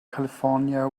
california